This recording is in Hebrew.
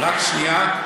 רק שנייה.